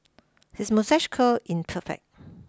his moustache curl in perfect